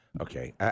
Okay